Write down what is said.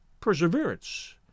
perseverance